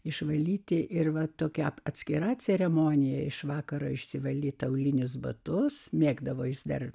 išvalyti ir va tokia atskira ceremonija iš vakaro išsivalyti aulinius batus mėgdavo jis dar